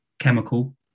chemical